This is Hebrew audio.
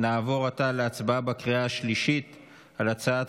נעבור עתה להצבעה בקריאה השלישית על הצעת